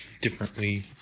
differently